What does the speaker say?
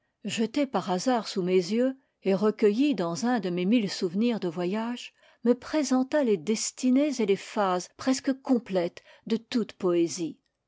jetée par hasard sous mes yeux et recueillie dans un dé mes mille souvenirs de voyages me présenta les destinées et les phases presque complètes de toute poésie